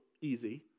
easy